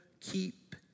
Keep